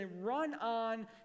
run-on